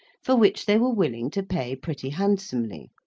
for which they were willing to pay pretty handsomely.